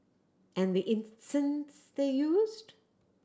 and the incense they used